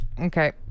Okay